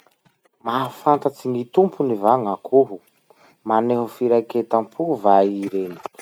Mahafantatsy gny tompony va gn'akoho? Maneho firaketam-po va ii reo?